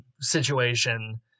situation